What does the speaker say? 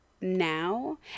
now